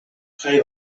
jai